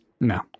No